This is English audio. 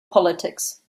politics